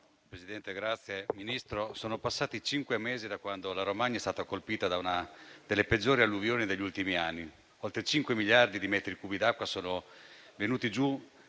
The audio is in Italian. Signor Ministro, sono passati cinque mesi da quando la Romagna è stata colpita da una delle peggiori alluvioni degli ultimi anni; oltre 5 miliardi di metri cubi d'acqua sono venuti giù